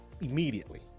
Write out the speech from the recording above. immediately